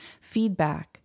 Feedback